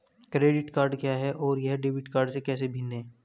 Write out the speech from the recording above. Credit card क्या है और यह डेबिट कार्ड से कैसे भिन्न है?